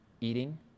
eating